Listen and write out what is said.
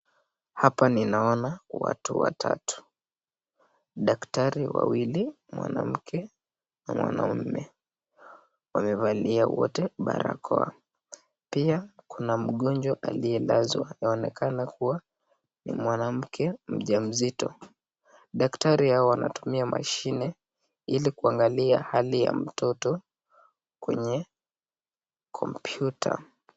Hapa ninaona datari watu watatu ,daktari wwili, mwanamke na mwanaume. pia